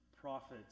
prophets